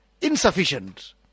insufficient